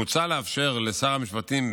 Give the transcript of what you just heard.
מוצע לאפשר לשר המשפטים,